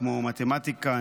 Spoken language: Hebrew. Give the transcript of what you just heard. כמו מתמטיקה,